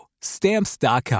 Stamps.com